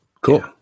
cool